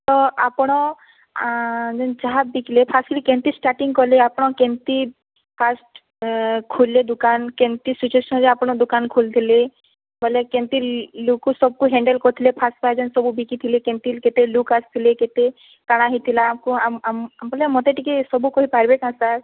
ତ ଆପଣ ଯେନ୍ ଚାହା ବିକିଲେ ଫାଷ୍ଟଲି କେମିତି ଷ୍ଟାର୍ଟିଂ କଲେ ଆପଣ କେମିତି ଫାଷ୍ଟ୍ ଖୋଲିଲେ ଦୋକାନ କେମିତି ସିଚୁଏସନ୍ରେ ଆପଣ ଦୋକାନ ଖୋଲିଥିଲେ ବୋଲେ କେମିତି ଲୋକ ସବ୍କୁ ହାଣ୍ଡେଲ କରିଥିଲେ ଫାଷ୍ଟ୍ ଫାଷ୍ଟ୍ ଯେନ୍ ସବୁ ବିକିଥିଲେ କେମିତି କେତେ ଲୋକ୍ ଆସିଥିଲେ କେତେ କାଣା ହେଇଥିଲା ଆମକୁ ଆମ୍ ଆମ୍ ବୋଲେ ମୋତେ ଟିକେ ସବୁ କହିପାରିବେ କେନ୍ତା